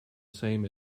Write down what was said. same